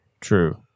true